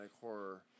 horror